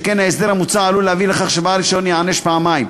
שכן ההסדר המוצע עלול להביא לכך שבעל הרישיון ייענש פעמיים,